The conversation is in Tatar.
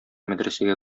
мәдрәсәгә